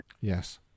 Yes